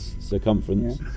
circumference